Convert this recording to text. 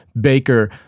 Baker